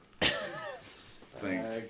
Thanks